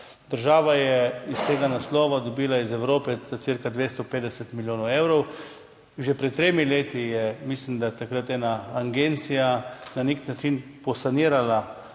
Država je iz tega naslova dobila iz Evrope cirka 250 milijonov evrov. Že pred tremi leti je, mislim, da takrat, ena agencija na nek način posanirala